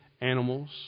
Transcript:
animals